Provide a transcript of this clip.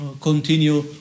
continue